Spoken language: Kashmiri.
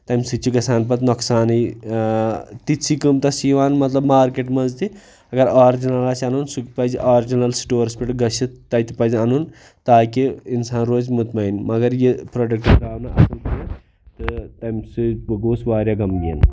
تَمہِ سۭتۍ چھِ گژھان پَتہٕ نۄقصانٕے تِتسٕے قۭمتَس چھِ یِوان مطلب مارکیٚٹ منٛز تہِ اگر آرجِنَل آسہِ اَنُن سُہ تہِ پَزِ آرجِنَل سٹورَس پٮ۪ٹھ گٔژھِتھ تَتہِ پَزِ اَنُن تاکہِ اِنسان روزِ مطمعین مگر یہِ پرٛوڈَکٹ درٛاو نہٕ اَصٕل کینٛہہ تہٕ تَمہِ سۭتۍ بہٕ گوس واریاہ غمگیٖن